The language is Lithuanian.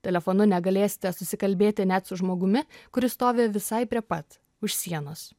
telefonu negalėsite susikalbėti net su žmogumi kuris stovi visai prie pat už sienos